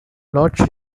loch